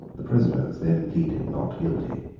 the prisoners then pleaded not guilty.